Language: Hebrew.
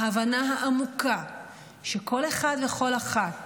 ההבנה העמוקה שכל אחד וכל אחת